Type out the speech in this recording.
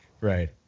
Right